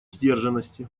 сдержанности